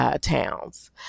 towns